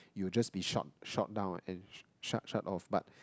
you will just be shot shot down and shut shut off but